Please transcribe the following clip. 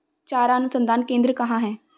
चारा अनुसंधान केंद्र कहाँ है?